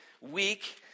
Week